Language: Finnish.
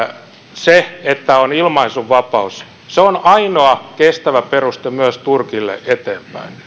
se että on ilmaisunvapaus on ainoa kestävä peruste myös turkille